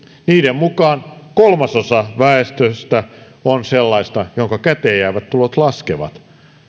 niiden mukaan kolmasosa väestöstä on sellaista jonka käteenjäävät tulot laskevat